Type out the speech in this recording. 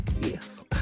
yes